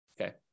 Okay